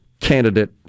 candidate